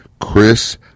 Chris